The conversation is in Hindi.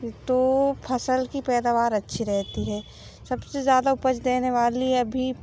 तो फ़सल की पैदावार अच्छी रहती है सबसे ज़्यादा उपज देने वाली अभी